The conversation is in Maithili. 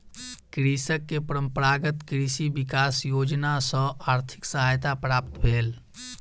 कृषक के परंपरागत कृषि विकास योजना सॅ आर्थिक सहायता प्राप्त भेल